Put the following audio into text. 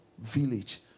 village